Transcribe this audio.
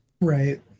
Right